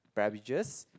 beverages